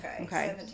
Okay